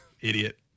Idiot